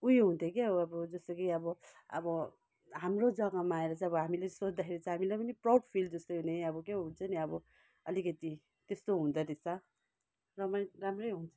उयो हुन्थ्यो कि अब जस्तो कि अब अब हाम्रो जगामा आएर चाहिँ अब हामीलाई सोद्धाखेरि चाहिँ हामीलाई पनि प्राउड फिल जस्तै हुने अब क्या हो हुन्छ नि अब अलिकति त्यस्तो हुँदो रहेछ र मैले राम्रै हुन्छ